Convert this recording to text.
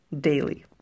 daily